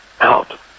out